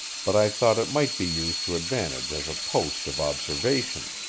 but i thought it might be used to advantage as a post of observation.